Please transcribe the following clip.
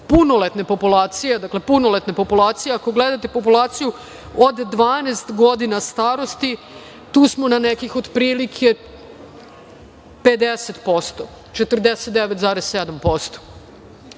punoletne populacije, dakle, punoletna populacija. Ako gledate populaciju od 12 godina starosti, tu smo na nekih otprilike 50%, 49,7%.